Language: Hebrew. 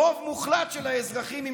רוב מוחלט של האזרחים,